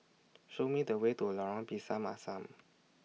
Show Me The Way to Lorong Pisang Asam